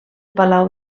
palau